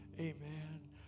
amen